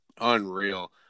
unreal